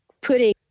putting